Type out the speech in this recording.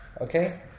okay